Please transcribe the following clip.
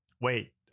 Wait